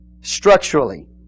structurally